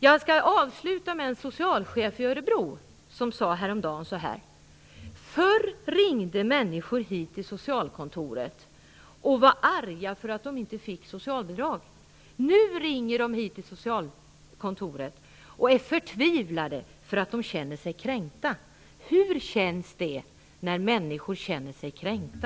Jag skall avsluta med att återge vad en socialchef i Örebro sade häromdagen: Förr ringde människor till socialkontoret och var arga för att de inte fick socialbidrag. Nu ringer de till socialkontoret och är förtvivlade därför att de känner sig kränkta. Hur känns det när människor känner sig kränkta?